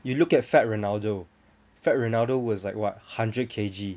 you look at fat ronaldo fat ronaldo was like what hundred K_G